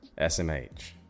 smh